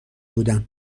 بودم